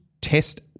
test